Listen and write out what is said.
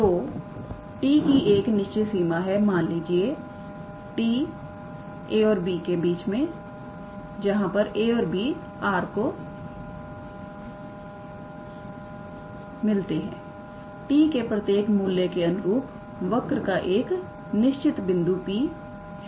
तोt की एक निश्चित सीमा है मान लीजिए 𝑎 ≤ 𝑡 ≤ 𝑏 जहां पर 𝑎 𝑏 ∈ ℝ t के प्रत्येक मूल्य के अनुरूप वर्क का एक निश्चित बिंदु Pxyz है